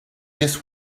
this